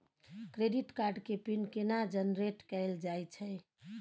Credit card के pin केना generate कैल जाए छै?